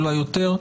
אולי יותר.